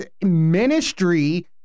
Ministry